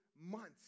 months